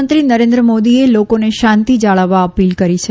પ્રધાનમંત્રી નરેન્દ્ર મોદીએ લોકોને શાંતી જાળવવા અપીલ કરી છે